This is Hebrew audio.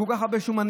עם כל כך הרבה שומנים.